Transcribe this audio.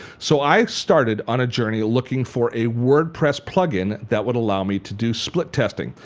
so i started on a journey looking for a wordpress plug-in that would allow me to do split testing.